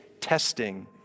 testing